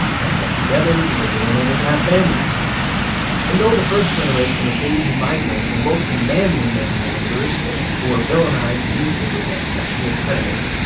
men lived together because they weren't able to have families and though the first generation of asian migrants were mostly manly manual laborers who were villainized in newspapers as sexual predators,